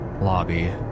lobby